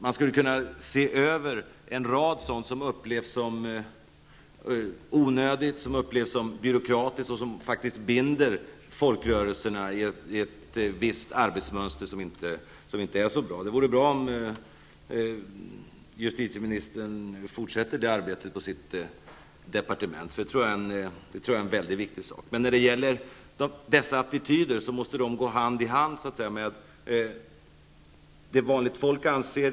Man borde se över en rad saker som upplevs som onödiga eller byråkratiska och som faktiskt binder folkrörelserna i ett visst arbetsmönster som inte är så bra, exempelvis kravet på väldigt dyra ordningsvakter när man genomför ett arrangemang. Det vore bra om justitieministern kunde fortsätta det arbetet i sitt departement, för det här tror jag är väldigt viktigt. Myndigheternas attityder måste så att säga gå hand i hand med vanligt folks.